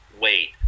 Wait